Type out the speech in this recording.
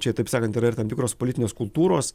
čia taip sakant yra ir tam tikros politinės kultūros